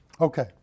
Okay